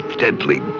deadly